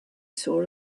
saw